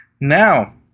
Now